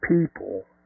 people